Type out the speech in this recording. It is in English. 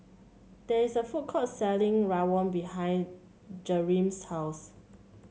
there is a food court selling rawon behind Jereme's house